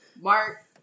Mark